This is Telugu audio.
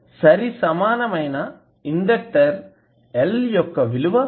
సరిసమానమైన ఇండెక్టర్ L యొక్క విలువ 0